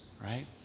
right